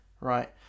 Right